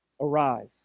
Arise